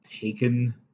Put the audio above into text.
taken